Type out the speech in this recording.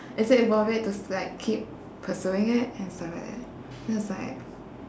is it worth it to like keep pursuing it and stuff like that so it's like